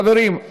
חברים,